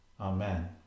Amen